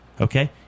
Okay